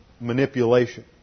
manipulation